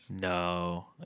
no